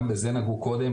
גם בזה נגעו קודם,